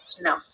No